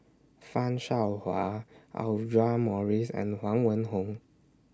fan Shao Hua Audra Morrice and Huang Wenhong